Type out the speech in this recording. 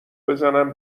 بزنن